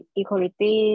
equality